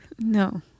No